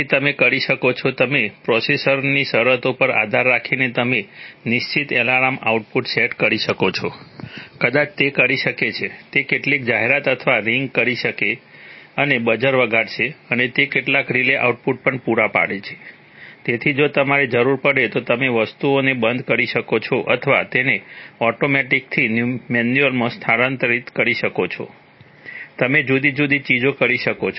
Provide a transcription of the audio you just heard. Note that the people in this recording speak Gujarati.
તેથી તમે કરી શકો છો તમે પ્રોસેસની શરતો પર આધાર રાખીને તમે નિશ્ચિત એલાર્મ આઉટપુટ સેટ કરી શકો છો કદાચ તે કરી શકે છે તે કેટલીક જાહેરાત અથવા રિંગ કરશે અને બઝર વગાડશે અને તે કેટલાક રિલે આઉટપુટ પણ પૂરા પાડે છે જેથી જો તમારે જરૂર પડે તો તમે વસ્તુઓને બંધ કરી શકો છો અથવા તેને ઓટોમેટિકથી મેન્યુઅલમાં સ્થાનાંતરિત કરી શકો છો તમે જુદી જુદી ચીજો કરી શકો